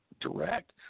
direct